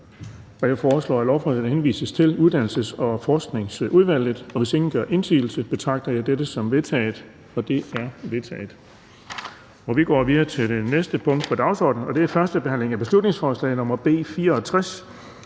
Jeg foreslår, at lovforslaget henvises til Uddannelses- og Forskningsudvalget. Hvis ingen gør indsigelse, betragter det som vedtaget. Det er vedtaget. --- Det sidste punkt på dagsordenen er: 5) 1. behandling af beslutningsforslag nr. B 64: